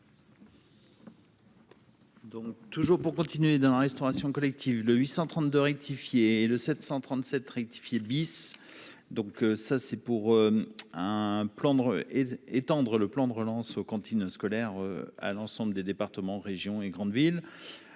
Donc toujours pour continuer dans la restauration collective, le 832 rectifié le 737 rectifié le bis, donc ça c'est pour un plan d'et étendre le plan de relance aux cantines scolaires à l'ensemble des départements, régions et grandes villes,